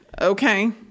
Okay